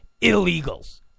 illegals